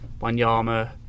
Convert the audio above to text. Wanyama